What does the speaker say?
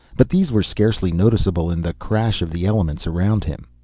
but these were scarcely noticeable in the crash of the elements around him.